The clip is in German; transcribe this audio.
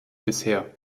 bisher